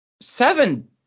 Seven